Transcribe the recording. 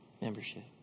membership